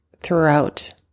throughout